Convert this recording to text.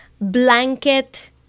blanket